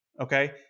Okay